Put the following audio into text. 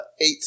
Eight